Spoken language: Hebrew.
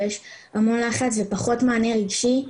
יש המון לחץ ופחות מענה רגשי,